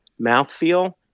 mouthfeel